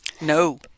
No